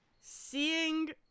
seeing